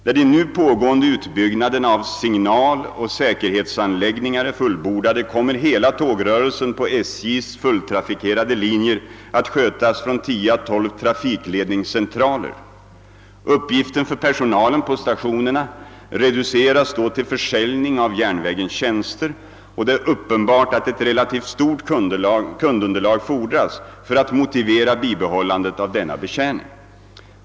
När de nu pågående utbyggnaderna av signaloch säkerhetsanläggningar är fullbordade, kommer hela tågrörelsen på SJ:s fulltrafikerade linjer att skötas från 10 å 12 trafikledningscentraler. Uppgiften för personalen på stationerna reduceras då till försäljning av järnvägens tjänster, och det är uppenbart att ett relativt stort kundunderlag fordras för att motivera bibehållandet av denna betjäning.